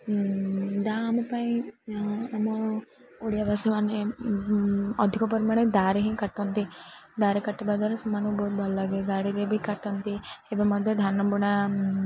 ଦା ଆମ ପାଇଁ ଆମର ଓଡ଼ିଆବାସୀମାନେ ଅଧିକ ପରିମାଣରେ ଦାରେ ହିଁ କାଟନ୍ତି ଦରେ କାଟିବା ଦ୍ୱାରା ସେମାନଙ୍କୁ ବହୁତ ଭଲ ଲାଗେ ଦାଡ଼ିରେ ବି କାଟନ୍ତି ଏବେ ମଧ୍ୟ ଧାନ ବୁଣାା